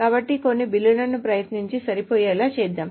కాబట్టి కొన్ని బిల్లులను ప్రయత్నించి సరిపోయేలా చేద్దాం